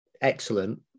excellent